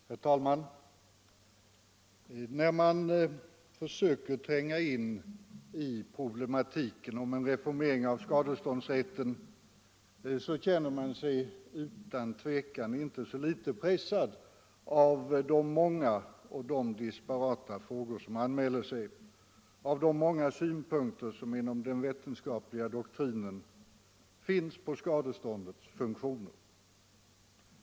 Herr talman! När man försöker tränga in i problematiken om en reformering av skadeståndsrätten känner man sig inte så litet pressad av de många och disparata frågor som anmäler sig och av de många synpunkter som i den vetenskapliga doktrinen finns på skadeståndets funktioner.